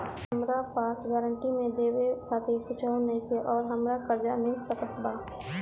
हमरा पास गारंटी मे देवे खातिर कुछूओ नईखे और हमरा कर्जा मिल सकत बा?